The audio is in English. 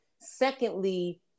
Secondly